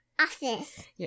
office